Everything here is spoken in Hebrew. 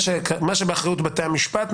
מה שבאחריות בתי המשפט,